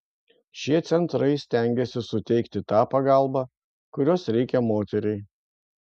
šie centrai stengiasi suteikti tą pagalbą kurios reikia moteriai